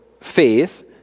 faith